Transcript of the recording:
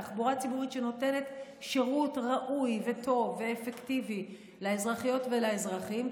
תחבורה ציבורית שנותנת שירות ראוי וטוב ואפקטיבי לאזרחיות ולאזרחים,